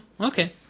okay